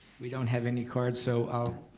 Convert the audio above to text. we don't have any cards so i'll